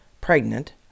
pregnant